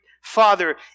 Father